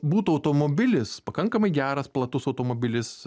būtų automobilis pakankamai geras platus automobilis